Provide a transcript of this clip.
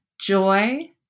joy